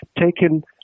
taken